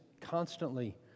constantly